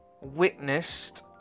witnessed